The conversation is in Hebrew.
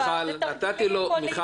תרגילים פוליטיים.